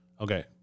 Okay